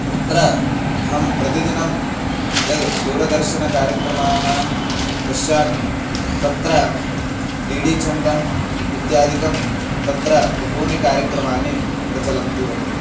अत्र अहं प्रतिदिनं यद् दूरदर्शनकार्यक्रमान् पश्यामि तत्र डी डी चन्दन् इत्यादिकं तत्र बहूनि कार्यक्रमानि प्रचलन्ति वर्तते